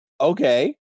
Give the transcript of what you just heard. okay